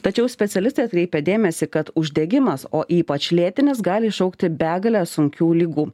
tačiau specialistai atkreipia dėmesį kad uždegimas o ypač lėtinis gali iššaukti begalę sunkių ligų